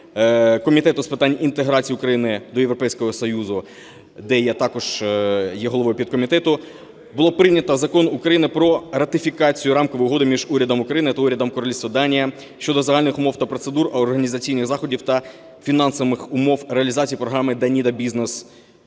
Комітету з питань інтеграції України до Європейського Союзу, де я також є головою підкомітету, було прийнято Закон України "Про ратифікацію Рамкової угоди між Урядом України та Урядом Королівства Данія щодо загальних умов та процедур, організаційних заходів та фінансових умов реалізації програми Danida Business